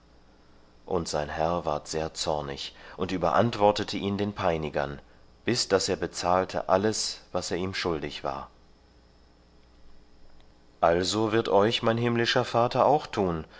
und sein herr ward sehr zornig und überantwortete ihn den peinigern bis daß er bezahlte alles was er ihm schuldig war also wird euch mein himmlischer vater auch tun